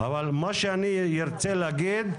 אבל מה שאני ארצה להגיד,